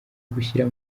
gushyira